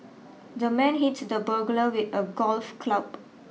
the man hit the burglar with a golf club